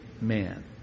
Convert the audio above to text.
man